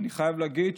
אני חייב להגיד,